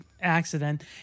accident